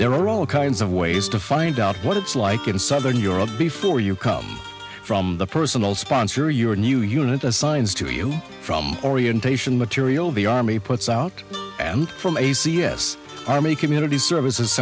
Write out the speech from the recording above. there are all kinds of ways to find out what it's like in southern europe before you come from the personal sponsor your new unit as signs to you from orientation material the army puts out and from a c s army community services